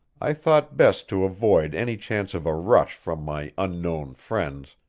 i thought best to avoid any chance of a rush from my unknown friends,